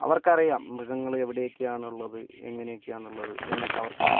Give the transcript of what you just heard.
അവർക്കറിയാം മൃഗങ്ങള് എവിടേക്കെയാണുള്ളത് എങ്ങനേക്കെയാണുള്ളത് എന്നൊക്കെ അവർക്കറിയാം